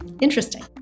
Interesting